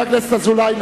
אני